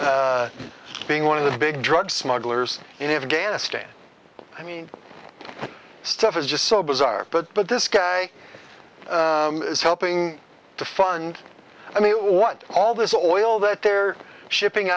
running being one of the big drug smugglers in afghanistan i mean stuff is just so bizarre but but this guy is helping to fund i mean what all this oil that they're shipping